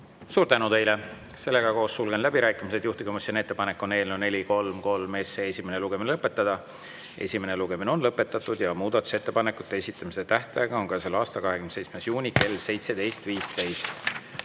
Suur tänu teile! Sulgen läbirääkimised. Juhtivkomisjoni ettepanek on eelnõu 433 esimene lugemine lõpetada. Esimene lugemine on lõpetatud ja muudatusettepanekute esitamise tähtaeg on käesoleva aasta 27. juuni kell 17.15.